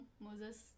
moses